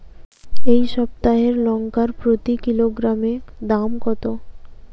এই সপ্তাহের লঙ্কার প্রতি কিলোগ্রামে দাম কত?